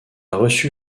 reçu